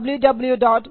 www